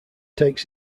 takes